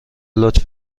لطف